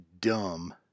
dumb